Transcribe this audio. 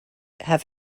have